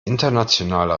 internationale